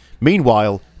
Meanwhile